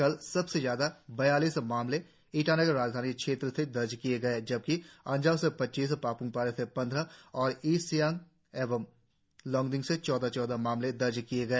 कल सबसे ज्यादा बयालीस मामले ईटानगर राजधानी क्षेत्र से दर्ज किए गए जबकि अंजाव से पच्चीस पाप्मपारे से पंद्रह और ईस्ट सियांग और लोंगडिंग से चौदह चौदह मामले दर्ज किए गए